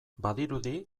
badirudi